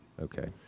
Okay